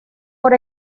por